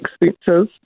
expenses